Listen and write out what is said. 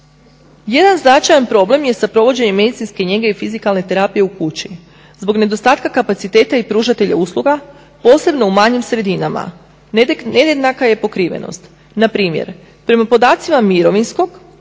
Jedan značajan problem je sa provođenjem medicinske njege i fizikalne terapije u kući, zbog nedostatka kapaciteta i pružatelja usluga posebno u manjim sredinama nejednaka je pokrivenost, npr. prema podacima mirovinskog